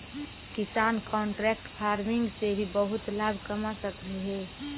किसान contract farming से भी बहुत लाभ कमा सकलहुं हे